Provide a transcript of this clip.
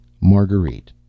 Marguerite